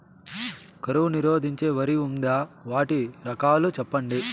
కరువు నిరోధించే వరి ఉందా? వాటి రకాలు చెప్పండి?